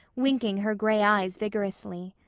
winking her gray eyes vigorously.